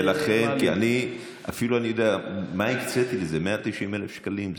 ומה הקציתי לזה, 190,000 שקלים?